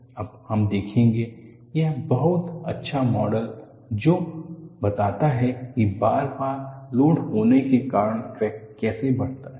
अब हम देखेंगे एक बहुत अच्छा मॉडल जो बताता है कि बार बार लोड होने के कारण क्रैक कैसे बढ़ता है